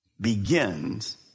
begins